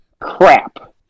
crap